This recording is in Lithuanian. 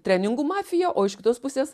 treningų mafija o iš kitos pusės